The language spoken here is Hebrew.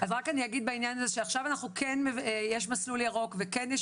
אז רק אני אגיד בעניין הזה שעכשיו אנחנו כן יש למסלול ירוק וכן יש